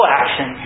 action